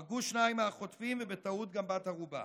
הרגו שניים מהחוטפים, ובטעות גם בת ערובה.